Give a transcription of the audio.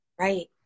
Right